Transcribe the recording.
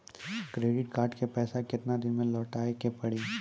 Credit card के पैसा केतना दिन मे लौटाए के पड़ी?